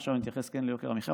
ועכשיו אני כן מתייחס ליוקר המחיה,